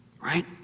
Right